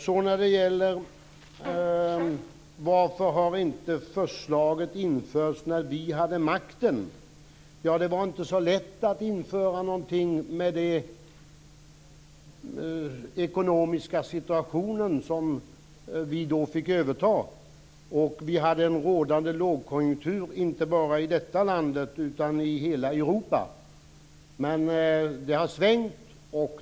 Varför infördes inte förslaget när vi i de borgerliga partierna hade makten? Ja - det var inte så lätt att införa någonting i den ekonomiska situation som vi fick överta. Det rådde dessutom lågkonjunktur inte bara i detta land, utan i hela Europa. Men nu har det svängt.